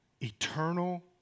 eternal